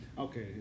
Okay